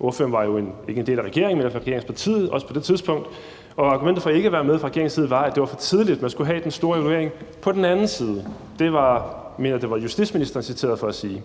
Ordføreren var jo ikke en del af regeringen, men i hvert fald en del af regeringspartiet, også på det tidspunkt, og argumentet for ikke at være med fra regeringens side var, at det var for tidligt. Man skulle have den store evaluering på den anden side. Jeg mener, det var justitsministeren, der var citeret for at sige